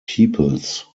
peoples